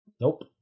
Nope